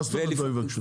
מה זאת אומרת לא יבקשו?